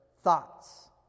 thoughts